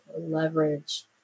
leverage